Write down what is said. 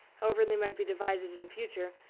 however they might be divided in future,